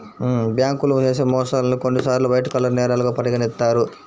బ్యేంకులు చేసే మోసాల్ని కొన్నిసార్లు వైట్ కాలర్ నేరాలుగా పరిగణిత్తారు